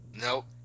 nope